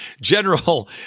general